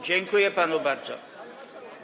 Dziękuję panu bardzo.